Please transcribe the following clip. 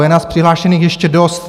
Je nás přihlášených ještě dost.